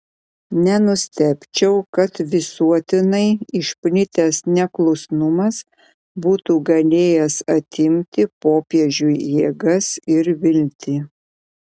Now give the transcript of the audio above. nenustebčiau kad visuotinai išplitęs neklusnumas būtų galėjęs atimti popiežiui jėgas ir viltį